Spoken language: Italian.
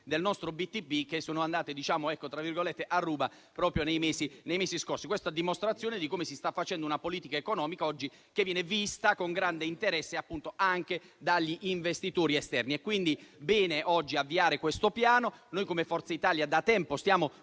dei nostri BTP, che sono andate "a ruba" proprio nei mesi scorsi. Questo a dimostrazione di come si stia facendo oggi una politica economica che viene vista con grande interesse anche dagli investitori esterni. Bene quindi avviare questo piano. Noi, come Forza Italia, da tempo stiamo